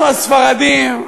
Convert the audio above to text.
אנחנו הספרדים,